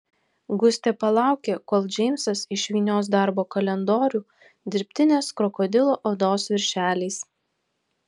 gustė palaukė kol džeimsas išvynios darbo kalendorių dirbtinės krokodilo odos viršeliais